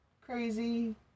crazy